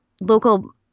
local